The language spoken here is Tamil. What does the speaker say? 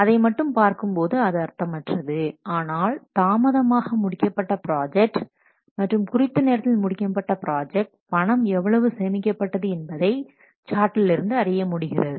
அதை மட்டும் பார்க்கும் போது அது அர்த்தமற்றது ஆனால் தாமதமாக முடிக்கப்பட்ட ப்ராஜெக்ட் மற்றும் குறித்த நேரத்தில் முடிக்கப்பட்ட ப்ராஜெக்ட் பணம் எவ்வளவு சேமிக்கப்பட்டது என்பதை சார்ட்லிருந்து அறிய முடிகிறது